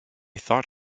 thought